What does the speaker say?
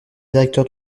directeur